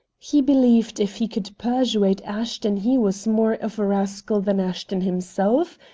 he believed if he could persuade ashton he was more of a rascal than ashton himself,